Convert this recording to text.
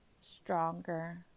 stronger